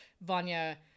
Vanya